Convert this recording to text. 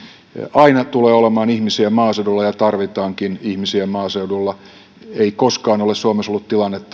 aina tulee olemaan ihmisiä maaseudulla ja tarvitaankin ihmisiä maaseudulla ei koskaan ole suomessa ollut tilannetta että